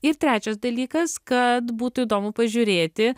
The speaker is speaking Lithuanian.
ir trečias dalykas kad būtų įdomu pažiūrėti